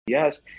yes